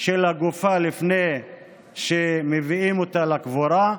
של הגופה לפני שמביאים אותה לקבורה.